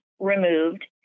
removed